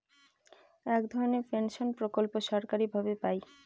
এক ধরনের পেনশন প্রকল্প সরকারি ভাবে পাই